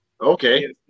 Okay